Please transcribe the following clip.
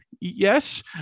yes